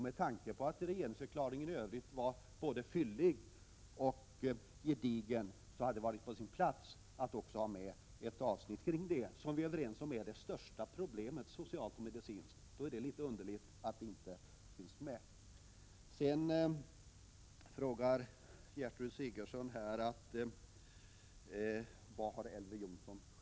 Med tanke på att regeringsförklaringen i övrigt är både fyllig och gedigen, hade det varit på sin plats att där också hade funnits med ett avsnitt om det som vi är överens om är det största sociala och medicinska problemet. Gertrud Sigurdsen frågar vad Elver Jonsson själv har att komma med.